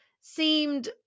seemed